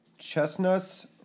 Chestnuts